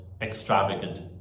extravagant